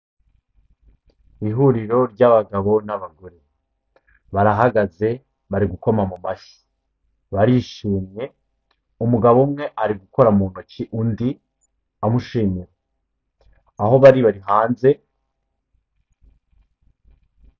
Mu ihuriro ry'abagabo n'abagore, barahagaze bari gukoma mu mashyi, barishimye umugabo umwe ari gukora mu ntoki undi amushimira, aho bari bari hanze.